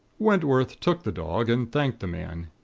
wentworth took the dog, and thanked the man.